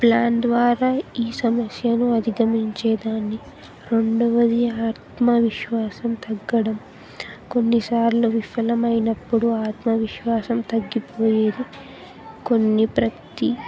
plan ద్వారా ఈ సమస్యను అధిగమించేదాన్ని రెండవది ఆత్మవిశ్వాసం తగ్గడం కొన్నిసార్లు విఫలమైనప్పుడు ఆత్మవిశ్వాసం తగ్గిపోయేది కొన్ని ప్రతి